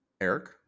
Eric